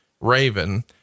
Raven